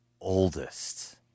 oldest